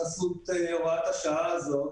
בחסות הוראת השעה הזאת,